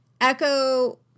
Echo